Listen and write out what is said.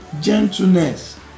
gentleness